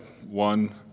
One